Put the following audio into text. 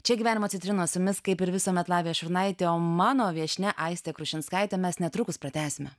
čia gyvenimo citrinos su jumis kaip ir visuomet lavija šiurnaitė o mano viešnia aistė krušinskaitė mes netrukus pratęsime